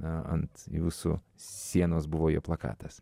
na ant jūsų sienos buvo jo plakatas